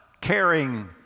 Caring